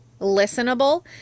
listenable